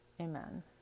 Amen